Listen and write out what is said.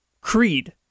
Creed